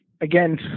again